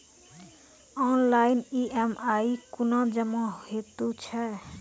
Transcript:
Online EMI कूना जमा हेतु छै?